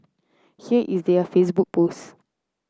here is their Facebook post